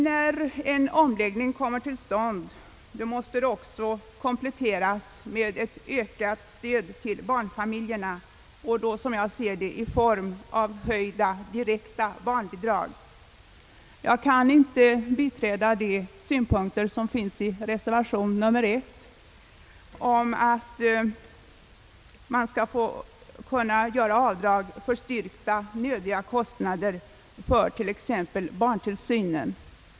När en omläggning kommer till stånd, måste den även kompletteras med ett ökat stöd till barnfamiljerna och då, som jag ser det, i form av höjda direkta barnbidrag. Jag kan inte biträda de synpunkter som redovisas i reservation nr 1 om att man skall kunna göra avdrag för styrkta nödvändiga kostnader för t.ex. barntillsyn.